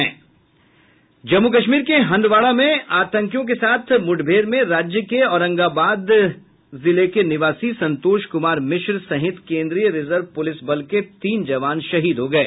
जम्मू कश्मीर के हंदवाड़ा में आतंकियों के साथ मुठभेड़ में राज्य के औरंगाबाद जिला निवासी संतोष कुमार मिश्र सहित केन्द्रीय रिजर्व पुलिस बल के तीन जवान शहीद हो गये